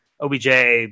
OBJ